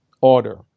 order